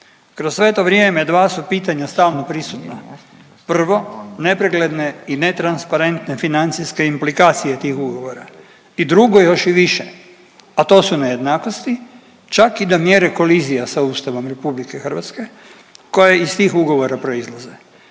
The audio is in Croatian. Kroz sve to vrijeme dva su pitanja stalno prisutna. Prvo, nepregledne i netransparentne financijske implikacije tih ugovora i drugo, još i više, a to su nejednakosti, čak i do mjere kolizija sa Ustavom RH koja iz tih ugovora proizlaze.